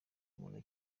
muntu